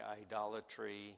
idolatry